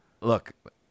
Look